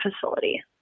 facility